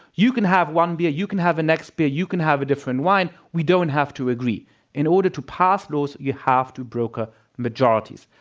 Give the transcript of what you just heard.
you can have one beer, you can have a beer, you can have a different one. we don't have to agree in order to pass laws, you have to broker majorities.